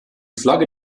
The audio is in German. flagge